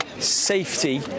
safety